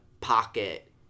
pocket